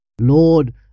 Lord